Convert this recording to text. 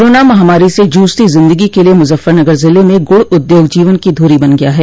corona महामारी से जूझती जिंदगी के लिए मुजफ्फरगनर जिले में गुड़ उद्योग जीवन की धुरी बन गया है